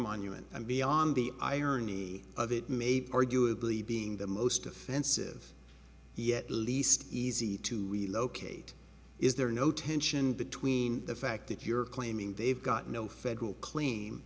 monument and beyond the irony of it maybe arguably being the most offensive yet least easy to relocate is there no tension between the fact that you're claiming they've got no federal cl